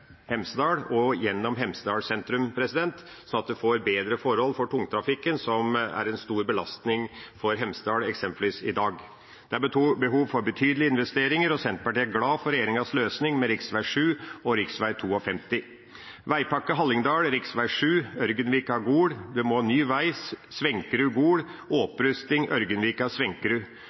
Hemsedal og gjennom Hemsedal sentrum, slik at en får bedre forhold for tungtrafikken, som er en stor belastning for Hemsedal i dag. Det er behov for betydelige investeringer, og Senterpartiet er glad for regjeringas løsning for rv. 7 og rv. Vegpakke Hallingdal: Det er behov for planleggingsmidler for rv. 7 på strekningen Ørgenvika–Gol. En må ha ny vei på strekningen Svenkerud–Gol. Ørgenvika–Svenkerud har behov for opprusting. Senterpartiet er sterk tilhenger av